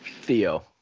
Theo